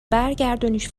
برگردونیش